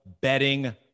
betting